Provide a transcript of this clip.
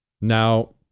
Now